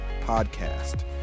podcast